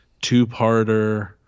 two-parter